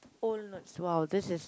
old as well this is